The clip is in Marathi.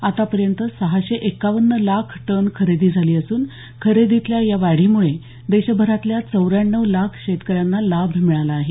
आतापर्यंत सहाशे एक्कावन्न लाख टन खरेदी झाली असून खरेदीतल्या या वाढीमुळे देशभरातल्या चौऱ्याण्णव लाख शेतकऱ्यांना लाभ मिळाला आहे